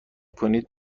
کنید